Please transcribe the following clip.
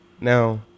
Now